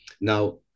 Now